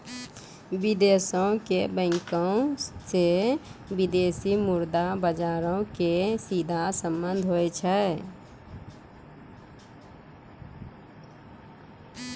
विदेशो के बैंको से विदेशी मुद्रा बजारो के सीधा संबंध होय छै